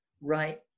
right